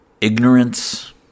ignorance